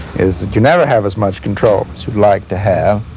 is that you never have as much control as you'd like to have.